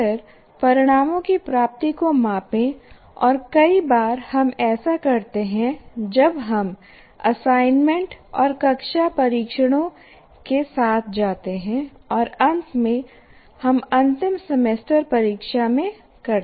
फिर परिणामों की प्राप्ति को मापें और कई बार हम ऐसा करते हैं जब हम असाइनमेंट और कक्षा परीक्षणों के साथ जाते हैं और अंत में हम अंतिम सेमेस्टर परीक्षा में करते हैं